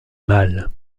mal